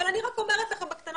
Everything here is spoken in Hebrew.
אבל אני רק אומרת לכם בקטנה